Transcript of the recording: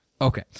Okay